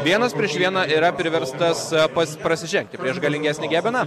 vienas prieš vieną yra priverstas pats prasižengti prieš galingesnį gebeną